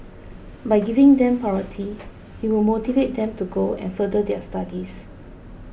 by giving them priority it will motivate them to go and further their studies